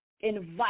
invite